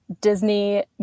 Disney